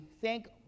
thank